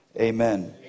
amen